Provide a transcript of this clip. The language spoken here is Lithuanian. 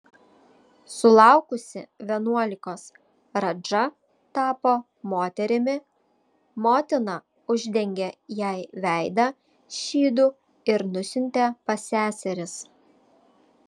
sulaukusi vienuolikos radža tapo moterimi motina uždengė jai veidą šydu ir nusiuntė pas seseris